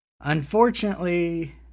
Unfortunately